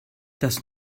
das